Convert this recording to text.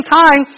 time